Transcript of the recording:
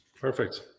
Perfect